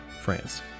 France